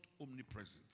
omnipresent